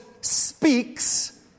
speaks